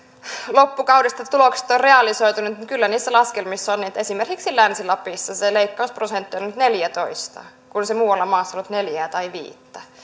loppukaudesta tulokset on realisoitu niin kyllä niissä laskelmissa on että esimerkiksi länsi lapissa se leikkausprosentti on nyt neljätoista kun se muualla maassa on ollut neljää tai viittä olihan